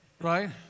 right